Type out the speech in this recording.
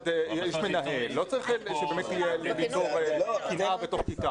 יש מנהל, לא צריך שזה יהיה בתור קנאה בתוך כיתה.